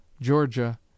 georgia